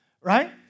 right